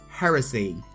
Heresy